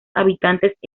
habitantes